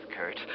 kurt